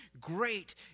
Great